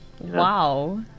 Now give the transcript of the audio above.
Wow